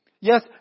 Yes